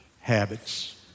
habits